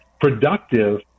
productive